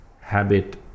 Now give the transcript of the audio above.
habit